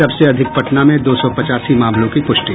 सबसे अधिक पटना में दो सौ पचासी मामलों की प्रष्टि